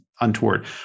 untoward